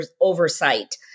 oversight